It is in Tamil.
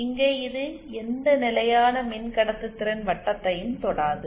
இங்கே இது எந்த நிலையான மின்கடத்துதிறன் வட்டத்தையும் தொடாது